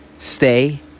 Stay